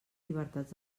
llibertats